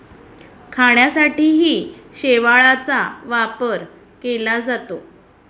खाण्यासाठीही शेवाळाचा वापर केला जातो